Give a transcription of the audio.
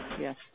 Yes